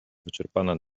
wyczerpana